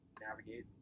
navigate